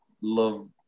love